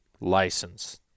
license